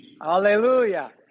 Hallelujah